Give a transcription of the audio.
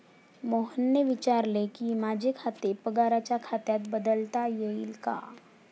मोहनने विचारले की, माझे खाते पगाराच्या खात्यात बदलता येईल का